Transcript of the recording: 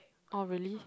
oh really